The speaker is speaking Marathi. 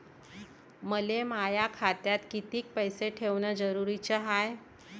मले माया खात्यात कितीक पैसे ठेवण जरुरीच हाय?